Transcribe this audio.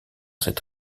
cette